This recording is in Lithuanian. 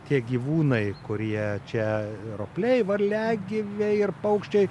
tie gyvūnai kurie čia ropliai varliagyviai ir paukščiai